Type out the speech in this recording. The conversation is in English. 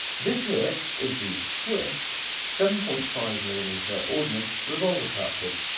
this here is the swiss seven point five mm ah mm but ordinance revolver cartridge,